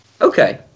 Okay